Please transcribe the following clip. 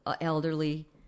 elderly